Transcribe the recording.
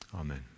amen